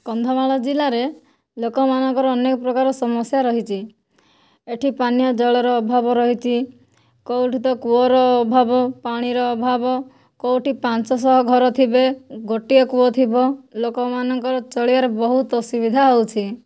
କନ୍ଧମାଳ ଜିଲ୍ଲାରେ ଲୋକମାନଙ୍କର ଅନେକ ପ୍ରକାରର ସମସ୍ୟା ରହିଛି ଏଠି ପାନୀୟ ଜଳର ଅଭାବ ରହିଛି କେଉଁଠି ତ କୂଅର ଅଭାବ ପାଣିର ଅଭାବ କେଉଁଠି ପାଞ୍ଚଶହ ଘର ଥିବେ ଗୋଟିଏ କୂଅ ଥିବ ଲୋକମାନଙ୍କର ଚଳିବାର ବହୁତ ଅସୁବିଧା ହେଉଛି